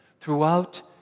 throughout